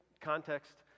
context